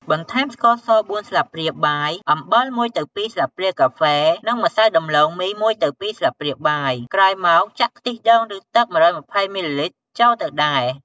បន្ថែម ស្ករស ៤ ស្លាបព្រាបាយ អំបិល ១ទៅ២ ស្លាបព្រាកាហ្វេ និង ម្សៅដំឡូងមី ១ទៅ២ ស្លាបព្រាបាយ ក្រោយមកចាក់ ខ្ទិះដូង ឬ ទឹក ១២០ មីលីលីត្រចូលទៅដែរ។